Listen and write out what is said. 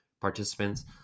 participants